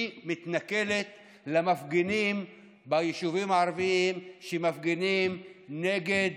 היא מתנכלת למפגינים ביישובים הערביים שמפגינים נגד